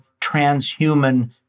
transhuman